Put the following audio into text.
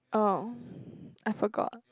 oh I forgot